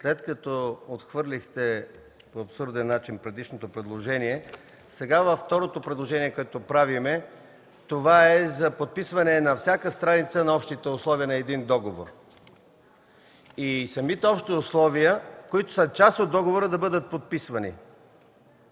След като отхвърлихте по абсурден начин предишното предложение, сега правим второ предложение – за подписване на всяка страница на общите условия на един договор. Самите общи условия, които са част от договора, трябва да бъдат подписвани.